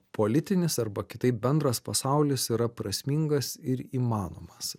politinis arba kitaip bendras pasaulis yra prasmingas ir įmanomas